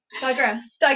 Digress